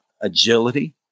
agility